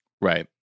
Right